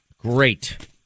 Great